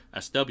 SW